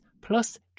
plus